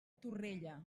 torrella